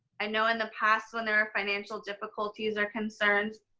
i know in the past when there were financial difficulties or concerns,